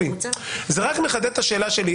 זה רק מחדד את השאלה שלי.